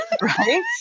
right